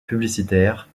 publicitaire